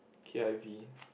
K_I_V